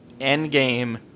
Endgame